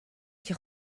qui